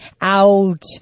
out